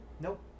Nope